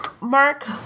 Mark